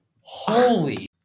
Holy